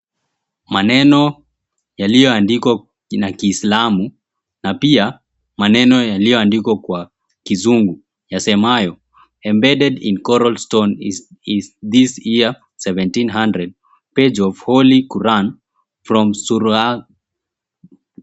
Maneno yaliyoandikwa na kiislamu na pia maneno yaliyoandikwa na kizungu yasemayo, Embedded In Corol Stone Is This Year 1700, Page of Holly Quran From Surah.